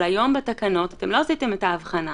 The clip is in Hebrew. אבל היום בתקנות לא עשיתם את ההבחנה.